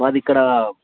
మాది ఇక్కడ